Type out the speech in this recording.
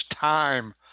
time